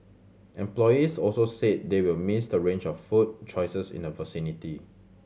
employees also said they will miss the range of food choices in the vicinity